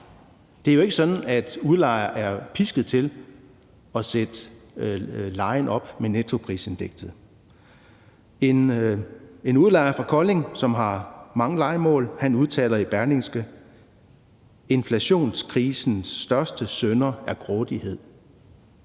Det er jo ikke sådan, at udlejere med nettoprisindekset er pisket til at sætte lejen op. En udlejer fra Kolding, som har mange lejemål, udtaler i Berlingske: Inflationskrisens største synder er grådighed.